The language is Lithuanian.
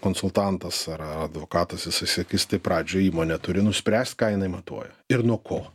konsultantas ar advokatas jisai sakys tai pradžioj įmonė turi nuspręst ką jinai matuoja ir nuo ko